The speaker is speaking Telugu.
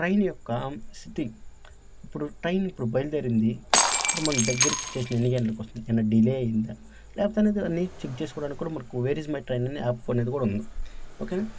ట్రైన్ యొక్క సిటింగ్ ఇప్పుడు ట్రైన్ ఇప్పుడు బయలుదేరింది ఇప్పుడు మన దగ్గరికి స్టేషన్ ఎన్ని గంటలకి వస్తుంది ఏమన్న డిలే అయ్యిందా లేకపోతే అనేది అన్ని చెక్ చేసుకోవడానికి కూడా మనకు వేర్ ఇజ్ మై ట్రైన్ అనే యాప్ అనేది కూడా ఉంది ఓకేనా